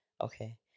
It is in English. Okay